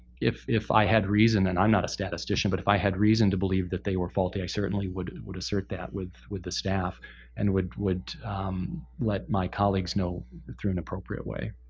if if i had reason and i'm not a statistician but if i had reason to believe that they were faulty i certainly would assert assert that with with the staff and would would let my colleagues know through an appropriate way.